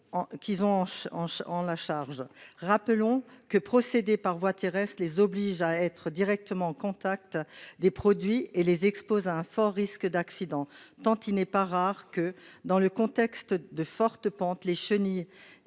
qui en sont chargés. Rappelons que procéder par voie terrestre les oblige à être directement au contact des produits et les expose à un fort risque d'accident, tant il n'est pas rare que, dans le contexte de forte pente, les chenillards